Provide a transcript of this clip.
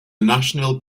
national